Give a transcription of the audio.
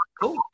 Cool